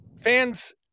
fans